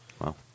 Wow